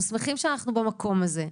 אנחנו שמחים שאנחנו במקום הזה.